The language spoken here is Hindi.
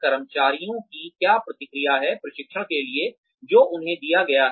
कर्मचारियों की क्या प्रतिक्रिया है प्रशिक्षण के लिए जो उन्हें दिया गया है